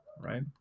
right